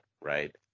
right